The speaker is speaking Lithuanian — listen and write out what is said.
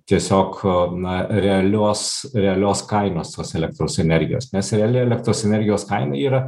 tiesiog na realios realios kainos tos elektros energijos nes reali elektros energijos kaina yra